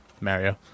Mario